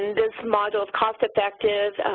this module is cost effective,